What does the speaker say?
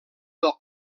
del